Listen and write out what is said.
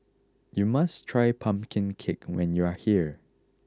you must try Pumpkin Cake when you are here